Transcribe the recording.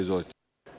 Izvolite.